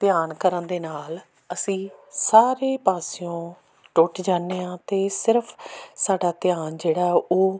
ਧਿਆਨ ਕਰਨ ਦੇ ਨਾਲ ਅਸੀਂ ਸਾਰੇ ਪਾਸਿਓਂ ਟੁੱਟ ਜਾਂਦੇ ਹਾਂ ਅਤੇ ਸਿਰਫ਼ ਸਾਡਾ ਧਿਆਨ ਜਿਹੜਾ ਉਹ